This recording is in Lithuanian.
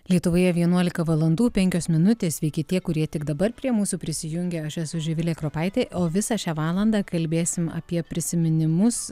lietuvoje vienuolika valandų penkios minutės sveiki tie kurie tik dabar prie mūsų prisijungia aš esu živilė kropaitė o visą šią valandą kalbėsim apie prisiminimus